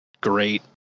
great